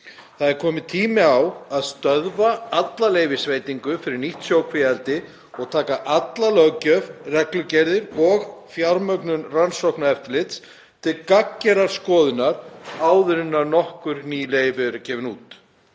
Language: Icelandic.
Það er kominn tími til að stöðva allar leyfisveitingar fyrir nýtt sjókvíaeldi og taka alla löggjöf, reglugerðir og fjármögnun rannsóknareftirlits til gagngerrar skoðunar áður en nokkur ný leyfi verða gefin út.